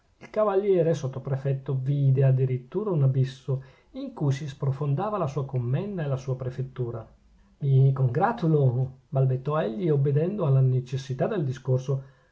il cavaliere sottoprefetto vide a dirittura un abisso in cui si sprofondava la sua commenda e la sua prefettura mi congratulo balbettò egli obbedendo alla necessità del discorso